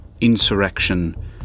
insurrection